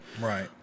Right